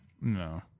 No